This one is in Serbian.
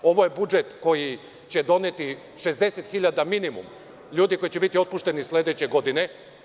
Ovo je budžet koji će doneti 60.000 minimum ljudi koji će biti otpušteni sledeće godine.